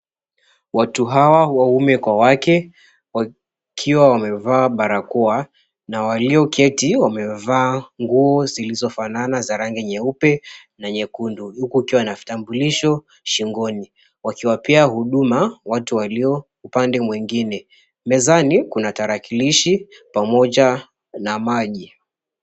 Watu hawa waume kwa wake wakiwa wamevaa barakoa na walioketi wamevaa nguo zilizofanana za rangi nyeupe na nyekundu huku wakiwa na vitambulisho shingoni, wakiwapea huduma watu walioupande mwingine. Mezani kuna tarakilishi pamoja na maji.